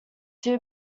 two